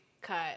cut